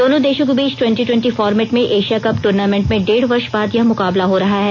दोनों देशों के बीच ट्वेंटी ट्वेंटी फार्मेट में एशिया कप टूनमिंट के डेढ़ वर्ष बाद यह मुकाबला हो रहा है